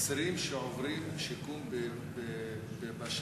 אסירים שעוברים שיקום בשב"ס,